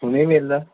ਹੁਣ ਹੀ ਮਿਲ ਲੇ